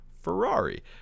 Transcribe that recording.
Ferrari